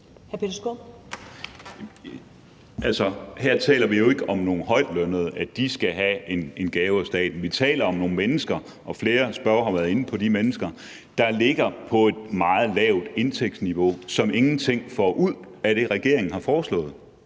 her taler vi jo ikke om, at nogle højtlønnede skal have en gave af staten. Vi taler om nogle mennesker – og flere spørgere har været inde på det – der ligger på et meget lavt indtægtsniveau, og som ingenting får ud af det, regeringen har foreslået.